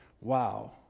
wow